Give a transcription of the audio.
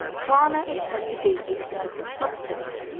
prana is said to be a physical substance,